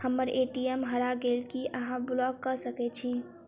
हम्मर ए.टी.एम हरा गेल की अहाँ ब्लॉक कऽ सकैत छी?